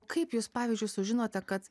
kaip jūs pavyzdžiui sužinote kad